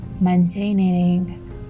Maintaining